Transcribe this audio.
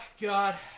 God